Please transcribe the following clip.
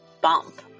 bump